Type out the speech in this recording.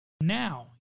now